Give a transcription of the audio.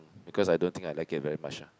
because I don't think I like it very much ah